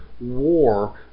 war